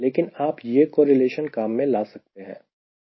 लेकिन आप यह कोरिलेशन काम में ला सकते हैं